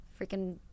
freaking